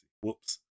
Whoops